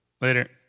Later